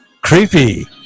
creepy